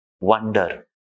wonder